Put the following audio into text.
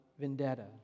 vendetta